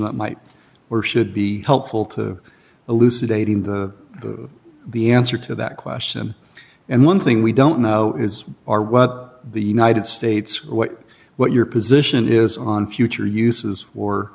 that might or should be helpful to elucidating the the answer to that question and one thing we don't know is are what the united states what what your position is on future uses or